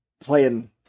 playing